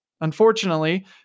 Unfortunately